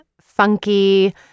funky